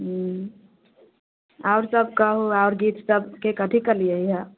ह्म्म आओरसभ कहू आओर गीतसभके कथि केलियैए